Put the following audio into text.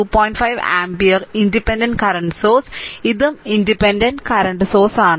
5 ampere independent current source ഇതും independent current source